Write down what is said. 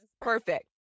perfect